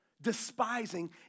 despising